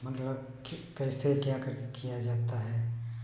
मतलब कि कैसे क्या कर किया जाता है